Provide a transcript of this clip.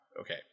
okay